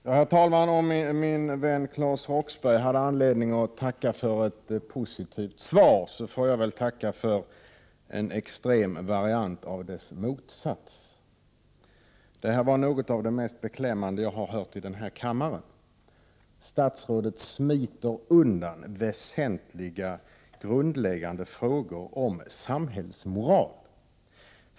Herr talman! Om min vän Claes Roxbergh hade anledning att tacka för ett positivt svar, får väl jag tacka för en extrem variant av dess motsats. Det här svaret var något av det mest beklämmande som jag har hört i denna kammare. Statsrådet smiter undan väsentliga och grundläggande frågor om samhällsmoral.